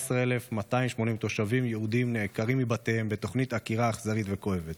14,280 תושבים יהודים נעקרים מבתיהם בתוכנית עקירה אכזרית וכואבת.